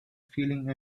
feeling